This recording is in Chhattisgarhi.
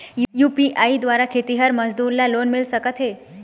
यू.पी.आई द्वारा खेतीहर मजदूर ला लोन मिल सकथे?